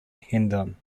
hendon